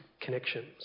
connections